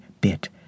bit